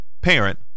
parent